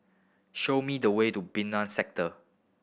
show me the way to Sector